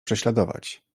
prześladować